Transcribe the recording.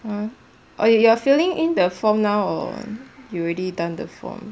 !huh! oh you are filling in the form now or you already done the form